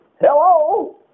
Hello